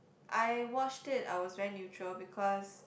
I watched it I was very neutral because